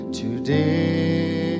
today